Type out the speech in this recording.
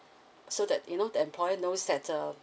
so that you know the employer knows that uh